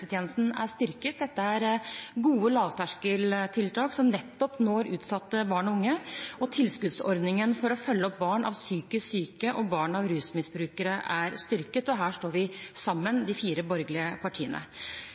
er styrket. Dette er gode lavterskeltiltak, som nettopp når utsatte barn og unge. Tilskuddsordningen for å følge opp barn av psykisk syke og barn av rusmisbrukere er styrket. Her står de fire borgerlige partiene